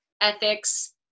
ethics